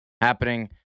happening